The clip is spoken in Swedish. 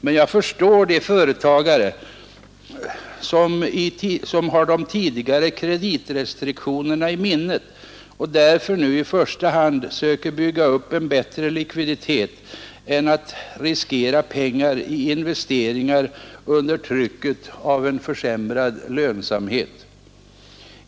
Men jag förstår de företagare, som har de tidigare kreditrestriktionerna i minnet och därför nu i första hand söker bygga upp en bättre likviditet än att riskera pengar i investeringar under trycket av en försämrad lönsamhet.